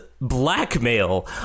Blackmail